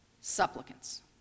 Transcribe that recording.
supplicants